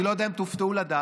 אני לא יודע אם תופתעו לדעת,